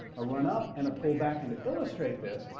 a run up and a pullback. and to illustrate this,